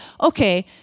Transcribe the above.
okay